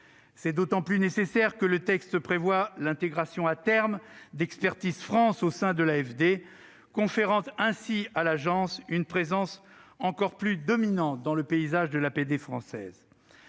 C'est d'autant plus nécessaire que le texte prévoit l'intégration à terme d'Expertise France au sein de l'AFD, conférant ainsi à l'agence une présence encore plus dominante dans le paysage de l'APD française.